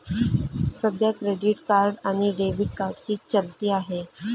सध्या credit card आणि debit कार्डची चलती आहे